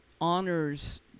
honors